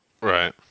Right